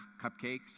cupcakes